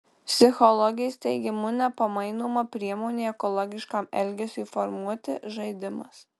psichologės teigimu nepamainoma priemonė ekologiškam elgesiui formuoti žaidimas